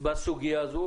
בסוגיה הזאת,